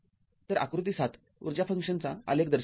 तर आकृती ७ ऊर्जा फंक्शनचा आलेख दर्शवते